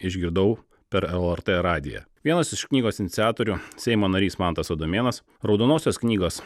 išgirdau per lrt radiją vienas iš knygos iniciatorių seimo narys mantas adomėnas raudonosios knygos